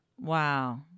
Wow